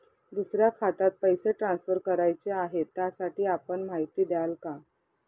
दुसऱ्या खात्यात पैसे ट्रान्सफर करायचे आहेत, त्यासाठी आपण माहिती द्याल का?